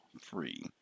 free